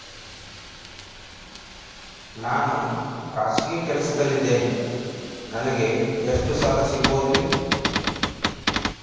ನಾನು ಖಾಸಗಿ ಕೆಲಸದಲ್ಲಿದ್ದೇನೆ ನನಗೆ ಎಷ್ಟು ಸಾಲ ಸಿಗಬಹುದ್ರಿ?